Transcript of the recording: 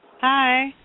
Hi